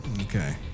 Okay